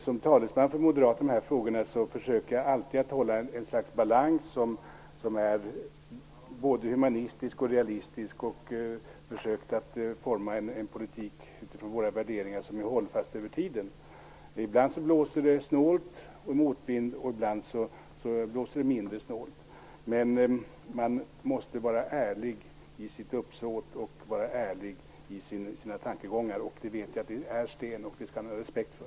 Som talesman för Moderaterna i dessa frågor försöker jag alltid att hålla ett slags balans som är både humanistisk och realistisk. Jag har försökt forma en politik utifrån Moderaternas värderingar som är hållfast över tiden. Ibland blåser det snålt och motvind, och ibland mindre snålt. Men man måste vara ärlig i sitt uppsåt och i sina tankegångar. Det vet jag att Sten Andersson är, och det skall han ha respekt för.